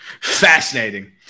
Fascinating